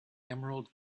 emerald